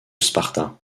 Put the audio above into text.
sparta